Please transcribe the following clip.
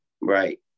Right